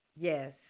Yes